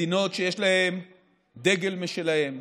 מדינות שיש להם דגל משלהן,